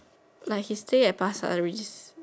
like he stay at pasir-ris